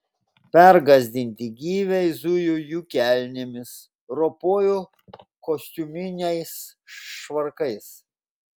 pergąsdinti gyviai zujo jų kelnėmis ropojo kostiuminiais švarkais